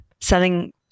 selling